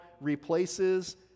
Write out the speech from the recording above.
replaces